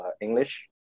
English